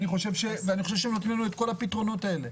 חושב שהם נותנים לנו את כל הפתרונות האלה.